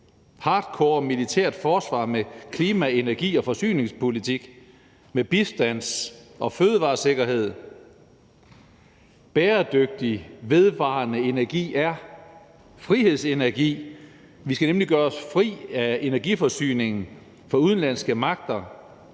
hardcore militært forsvar med klima-, energi- og forsyningspolitik og med bistands- og fødevaresikkerhed. Bæredygtig, vedvarende energi er frihedsenergi. Vi skal nemlig gøre os fri af energiforsyningen fra udenlandske magter;